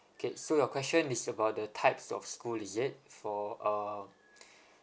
okay so your question is about the types of school is it for um